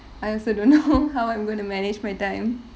I also don't know how I'm going to manage my time